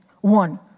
one